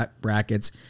brackets